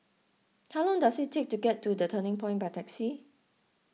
how long does it take to get to the Turning Point by taxi